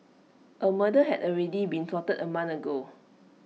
A murder had already been plotted A month ago